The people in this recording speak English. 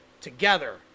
together